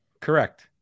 Correct